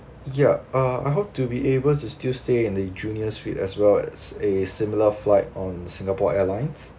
yeah uh I hope to be able to still stay in the juniors suite as well as a similar flights on singapore airlines